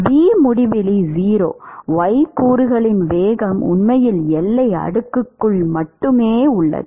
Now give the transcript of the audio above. v முடிவிலி 0 y கூறுகளின் வேகம் உண்மையில் எல்லை அடுக்குக்குள் மட்டுமே உள்ளது